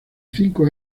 cinco